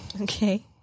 Okay